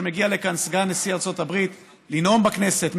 כשמגיע לכאן סגן נשיא ארצות הברית לנאום בכנסת,